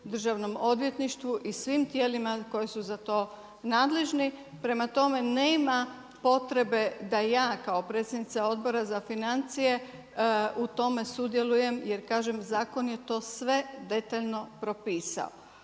Državnom odvjetništvu i svim tijelima koje su za to nadležni. Prema tome, nema potrebe da ja kao predsjednica Odbora za financije i u tome sudjelujem jer kažem zakon je to sve detaljno propisao.